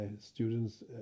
students